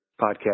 podcast